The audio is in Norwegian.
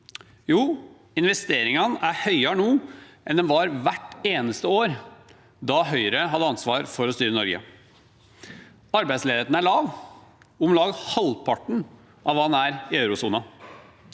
Jo, investeringene er høyere nå enn de var hvert eneste år da Høyre hadde ansvar for å styre Norge. Arbeidsledigheten er lav – om lag halvparten av det den er i eurosonen.